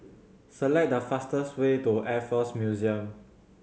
select the fastest way to Air Force Museum